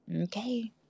Okay